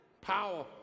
Power